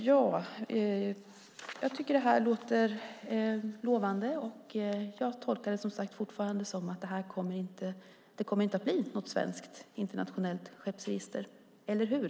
Jag tycker att det här låter lovande och tolkar det fortfarande som att det inte kommer att bli något svenskt internationellt skeppsregister, eller hur?